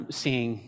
seeing